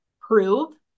prove